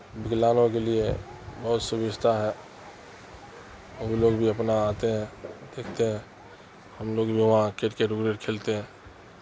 وکلانگوں کے لیے بہت سوویدھا ہے ہم لوگ بھی اپنا آتے ہیں دیکھتے ہیں ہم لوگ بھی وہاں کرکٹ وریٹ کھیلتے ہیں